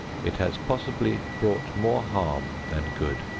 it has possibly brought more harm than good.